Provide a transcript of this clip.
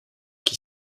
qui